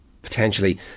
Potentially